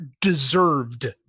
deserved